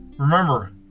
Remember